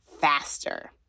faster